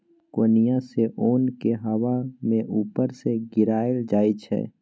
कोनियाँ सँ ओन केँ हबा मे उपर सँ गिराएल जाइ छै